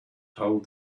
told